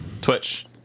Twitch